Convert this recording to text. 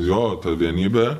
jo vienybė